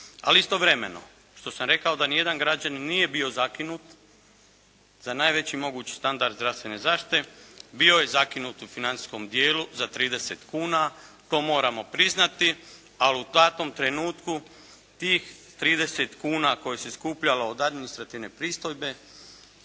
Ali istovremeno što sam rekao da ni jedan građanin nije bio zakinut za najveći mogući standard zdravstvene zaštite bio je zakinut u financijskom dijelu za 30 kuna. To moramo priznati, a u datom trenutku tih 30 kuna koje se skupljalo od administrativne pristojbe